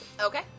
Okay